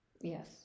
Yes